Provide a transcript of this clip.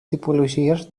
tipologies